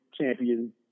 champion